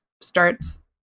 starts